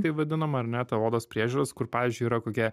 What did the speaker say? tai vadinama ar ne ta odos priežiūros kur pavyzdžiui yra kokie